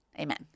Amen